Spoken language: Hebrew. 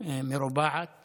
מרובעת